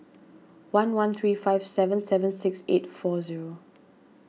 one one three five seven seven six eight four zero